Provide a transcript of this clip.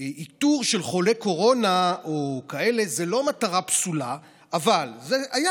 האיתור של חולי קורונה זאת לא מטרה פסולה אבל זה היה